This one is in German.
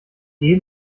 die